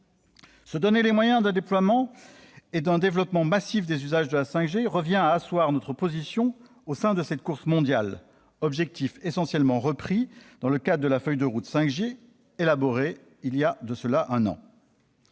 Se donner les moyens d'un déploiement et d'un développement massif des usages de la 5G revient à asseoir notre position au sein de cette course mondiale, un objectif essentiellement repris dans le cadre de la feuille de route 5G élaborée voilà un an.